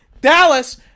Dallas